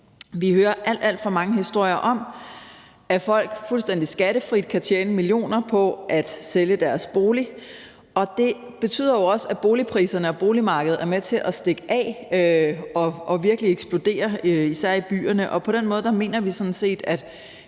Vi hører alt, alt for mange historier om, at folk fuldstændig skattefrit kan tjene millioner på at sælge deres bolig, og det betyder også, at boligpriserne og boligmarkedet er med til at stikke af og virkelig eksplodere, især i byerne. På den måde mener vi sådan set,